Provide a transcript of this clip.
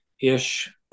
ish